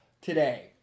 today